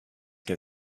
get